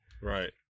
Right